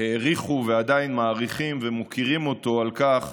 העריכו ועדיין מעריכים ומוקירים אותו על כך